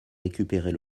récupérer